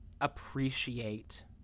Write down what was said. appreciate